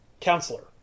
counselor